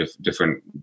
different